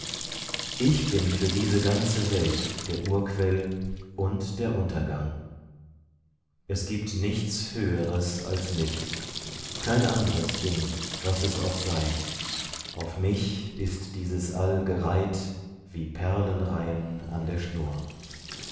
ich bin für diese ganze welt der urquell und der untergang es gibt nichts höheres als mich kein andres ding was es auch sei auf mich ist dieses all gereiht wie perlenreihen an der schnur